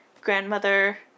grandmother